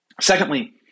Secondly